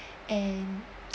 and